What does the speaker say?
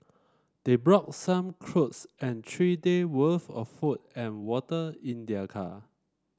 they brought some clothes and three day' worth of food and water in their car